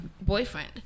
boyfriend